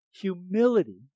Humility